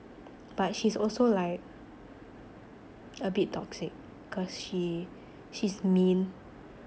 but she's also like a bit toxic cause she she's mean